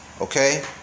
okay